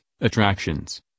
attractions